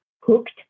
hooked